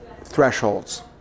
thresholds